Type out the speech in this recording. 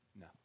No